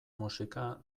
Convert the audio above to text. musika